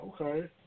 Okay